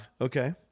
Okay